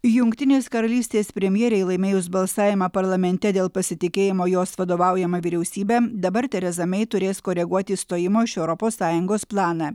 jungtinės karalystės premjerei laimėjus balsavimą parlamente dėl pasitikėjimo jos vadovaujama vyriausybe dabar tereza mei turės koreguoti išstojimo iš europos sąjungos planą